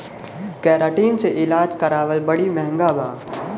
keratin से इलाज करावल बड़ी महँगा बा